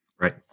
right